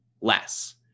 less